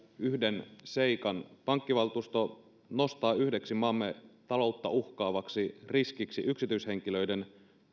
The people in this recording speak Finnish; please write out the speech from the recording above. yhden seikan pankkivaltuusto nostaa yhdeksi maamme taloutta uhkaavaksi riskiksi yksityishenkilöiden